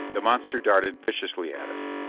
the monster darted viciously at us.